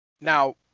now